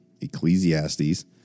Ecclesiastes